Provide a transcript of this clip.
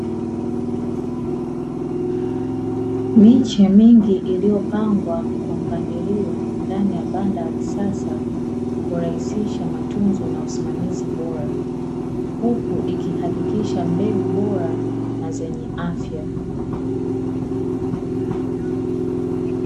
Miche mingi iliyopangwa kwa mpangilio ndani ya banda la kisasa, hurahisisha matunzo na usimamizi bora. Huku ikihakikisha mbegu bora na zenye afya.